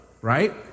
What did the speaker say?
right